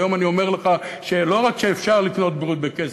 והיום אני אומר לך שלא רק שאפשר לקנות בריאות בכסף,